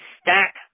stack